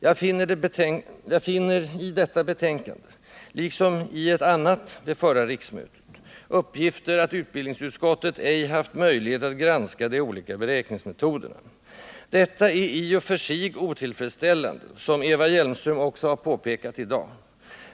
Jag finner i detta betänkande, liksom i ett annat under förra riksmötet, uppgifter om att utbildningsutskottet ej haft möjlighet 101 att granska de olika beräkningsmetoderna. Detta är i och för sig otillfredsställande, vilket också Eva Hjelmström har påpekat i dag.